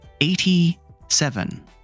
Eighty-seven